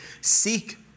seek